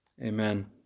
Amen